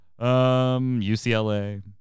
UCLA